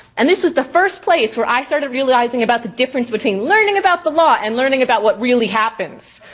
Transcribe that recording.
and this was the first place where i started realizing about the difference between learning about the law and learning about what really happens.